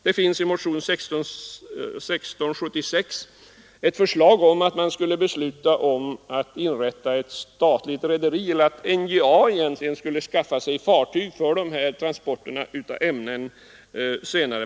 Det finns i motionen 1676 ett förslag om att inrätta ett statligt rederi, eller egentligen ett förslag om att NJA skulle skaffa sig fartyg för transporter av ämnen.